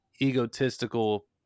egotistical